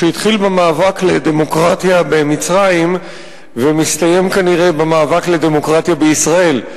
שהתחיל במאבק לדמוקרטיה במצרים ומסתיים כנראה במאבק לדמוקרטיה בישראל.